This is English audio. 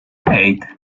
eight